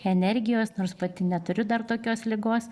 energijos nors pati neturiu dar tokios ligos